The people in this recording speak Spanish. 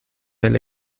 del